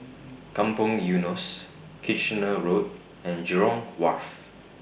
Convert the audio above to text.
Kampong Eunos Kitchener Road and Jurong Wharf